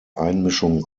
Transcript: einmischung